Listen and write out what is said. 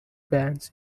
bands